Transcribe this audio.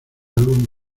álbum